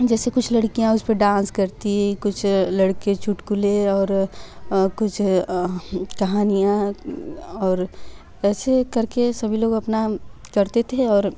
जैसे कुछ लड़कियां उसपे डांस करती कुछ लड़के चुटकुले और कुछ कहानियाँ और ऐसे करके सभी लोग अपना करते थे और